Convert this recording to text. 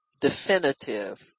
definitive